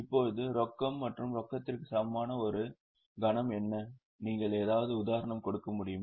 இப்போது ரொக்கம் மற்றும் ரொக்கத்திற்கு சமமான ஒரு கணம் என்ன நீங்கள் ஏதாவது உதாரணம் கொடுக்க முடியுமா